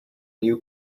new